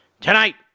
Tonight